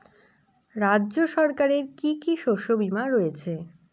রাজ্য সরকারের কি কি শস্য বিমা রয়েছে?